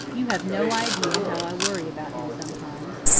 you have no idea how i worry about him sometimes.